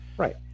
Right